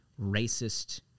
racist